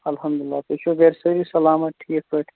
الحمدُاللہ تُہۍ چھِوا گَرسٲری سَلامَتھ ٹھیٖک پٲٹھۍ